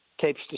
tapes